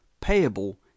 payable